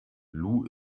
lou